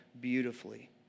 beautifully